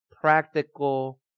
practical